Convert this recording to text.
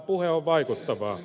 puhe on vaikuttavaa